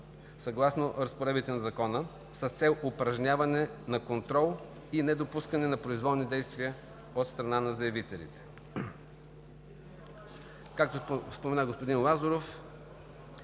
съгласно разпоредбите на Закона с цел упражняване на контрол и недопускане на произволни действия от страна на заявителите. Както спомена господин Лазаров,